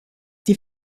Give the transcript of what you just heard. die